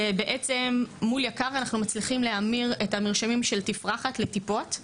זה בעצם מול יק"ר אנחנו מצליחים להמיר את המרשמים של תפרחת לטיפות,